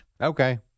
Okay